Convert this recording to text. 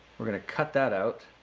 we're going to cut that out